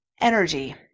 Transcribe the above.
energy